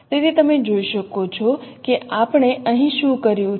તેથી તમે જોઈ શકો છો કે આપણે અહીં શું કર્યું છે